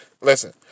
listen